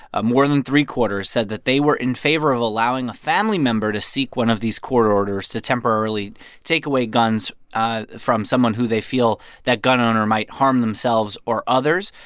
ah more than three-quarters, said that they were in favor of allowing a family member to seek one of these court orders to temporarily take away guns ah from someone who they feel that gun owner might harm themselves or others.